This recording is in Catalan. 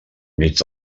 mig